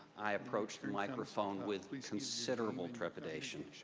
i approach the microphone with with considerable trepidation.